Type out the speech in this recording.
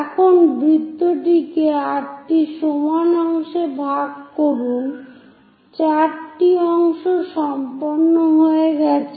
এখন বৃত্তটিকে 8 টি সমান অংশে ভাগ করুন 4 টি অংশ সম্পন্ন হয়ে গেছে